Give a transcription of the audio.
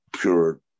pure